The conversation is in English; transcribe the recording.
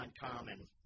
uncommon